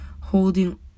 holding